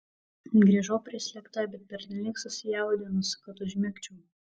grįžau prislėgta bet pernelyg susijaudinus kad užmigčiau